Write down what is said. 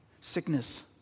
sickness